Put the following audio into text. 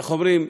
איך אומרים,